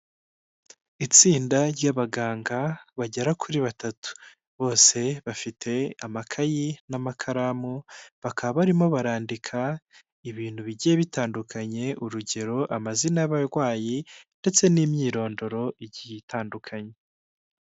Itsinda ry'abaganga bagera kuri batatu bose bafite amakayi n'amakaramu bakaba barimo barandika ibintu bigiye bitandukanye urugero amazina y'abarwayi ndetse n'imyirondoro igiye itandukanye.